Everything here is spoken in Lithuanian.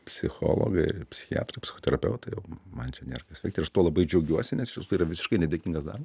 psichologai psichiatrai psichoterapeutai jau man čia nėr kas veikt ir aš tuo labai džiaugiuosi nes iš tiesų tai yra visiškai nedėkingas darba